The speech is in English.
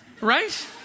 right